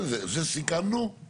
והשומה הנגדית וכל זה.